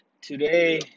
today